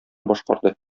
башкарды